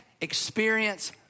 experience